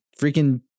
freaking